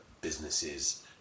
businesses